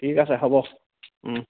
ঠিক আছে হ'ব